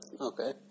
Okay